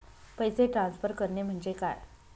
पैसे ट्रान्सफर करणे म्हणजे काय?